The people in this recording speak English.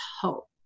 hope